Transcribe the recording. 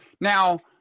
Now